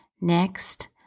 Next